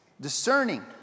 Discerning